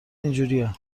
اینجوریه